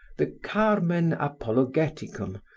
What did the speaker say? the carmen apologeticum,